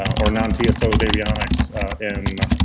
or non-tsod avionics in